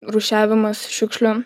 rūšiavimas šiukšlių